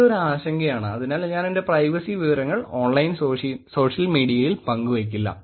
ഇത് ഒരു ആശങ്കയാണ് അതിനാൽ ഞാൻ എന്റെ പ്രൈവസി വിവരങ്ങൾ ഓൺലൈൻ സോഷ്യൽ മീഡിയയിൽ പങ്കുവെക്കില്ല